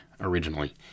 originally